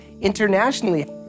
internationally